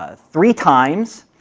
ah three times,